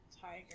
tiger